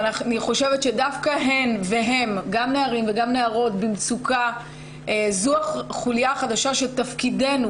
דווקא נערים ונערות במצוקה הם החוליה החלשה שתפקידנו